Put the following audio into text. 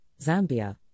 Zambia